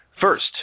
First